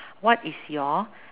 what is your